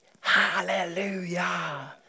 Hallelujah